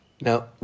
Now